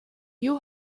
you